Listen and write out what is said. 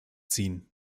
ziehen